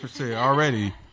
Already